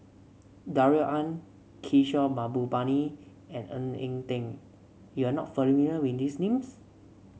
Darrell Ang Kishore Mahbubani and Ng Eng Teng you are not familiar with these names